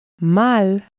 Mal